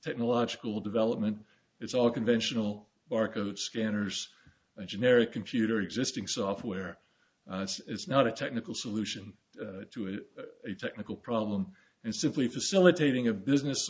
technological development it's all conventional barcode scanners and generic computer existing software it's not a technical solution to a technical problem and simply facilitating a business